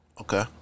Okay